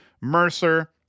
Mercer